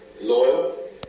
Loyal